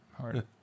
hard